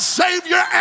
savior